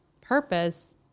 purpose